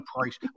price